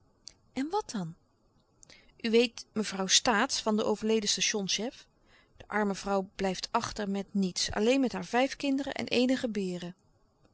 en wat dan u weet mevrouw staats van den overleden stationchef de arme vrouw blijft achter met niets alleen met haar vijf kinderen en eenige beren